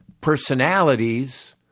personalities